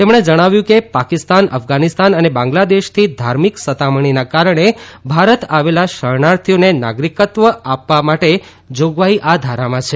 તેમણે જણાવ્યું કે પાકિસ્તાન અફઘાનિસ્તાન અને બાંગ્લાદેશથી ધાર્મિક સતામણીના કારણે ભારત આવેલા શરણાર્થીઓને નાગરિકત્વ આપવા માટેની જોગવાઈ આ ધારામાં છે